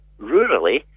rurally